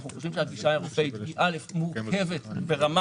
אנחנו חושבים שהגישה האירופאית מורכבת ברמה